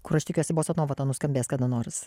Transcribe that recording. kur aš tikiuosi bosanova tą nuskambės kada nors